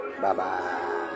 Bye-bye